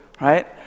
Right